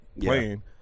playing